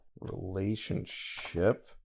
relationship